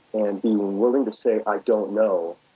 and being willing to say, i don't know.